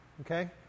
Okay